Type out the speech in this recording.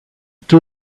too